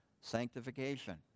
Sanctification